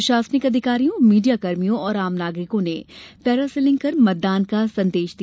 प्रशासनिक अधिकारियों मीडियाकर्मियों और आम नागरिकों ने पैरासिलिंग कर मतदान का संदेश दिया